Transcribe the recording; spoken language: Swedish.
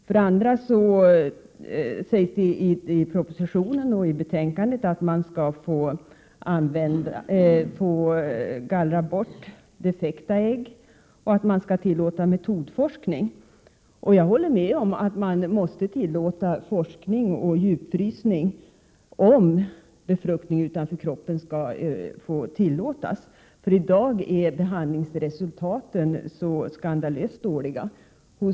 För det andra: I propositionen och i betänkandet framgår det att man skall få gallra bort defekta ägg. För det tredje: Man vill tillåta s.k. metodforskning. Jag håller med om att om befruktning utanför kroppen skall tillåtas måste man tillåta forskning och frysning av befruktade ägg. I dag är resultaten av denna verksamhet skandalöst dåliga.